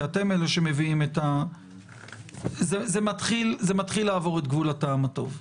כי אתם אלו שמביאים זה מתחיל לעבור את גבול הטעם הטוב.